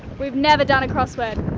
we've never done a crossword